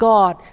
God